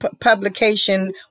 Publication